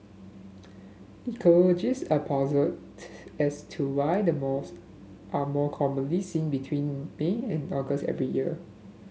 ecologist are puzzled as to why the moths are more commonly seen between May and August every year